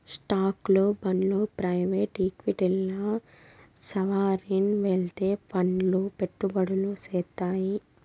స్టాక్లు, బాండ్లు ప్రైవేట్ ఈక్విటీల్ల సావరీన్ వెల్త్ ఫండ్లు పెట్టుబడులు సేత్తాయి